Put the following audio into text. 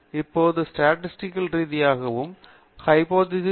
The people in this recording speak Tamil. இப்போது ஸ்டாடிஸ்டிக்கால் ரீதியாக அது ஒரு ஹைப்போதீசிஸ் டெஸ்ட்